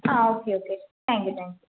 ആ okay okay thank you thank you